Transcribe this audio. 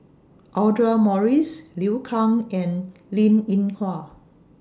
Audra Morrice Liu Kang and Linn in Hua